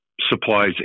supplies